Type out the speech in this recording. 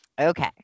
Okay